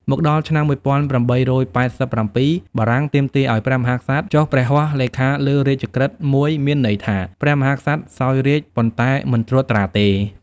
មកដល់ឆ្នាំ ១៨៨៧ បារាំងទាមទារឱ្យព្រះមហាក្សត្រចុះព្រះហស្ថលេខាលើរាជក្រឹត្យមួយ មានន័យថា ព្រះមហាក្សត្រសោយរាជ្យ ប៉ុន្តែមិនត្រួតត្រាទេ។